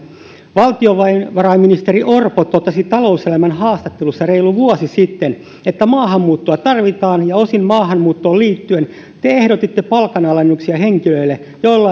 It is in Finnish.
valtiovarainministeri orpo totesi talouselämän haastattelussa reilu vuosi sitten että maahanmuuttoa tarvitaan ja osin maahanmuuttoon liittyen te ehdotitte palkanalennuksia henkilöille joilla